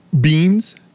beans